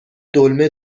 دلمه